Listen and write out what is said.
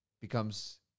becomes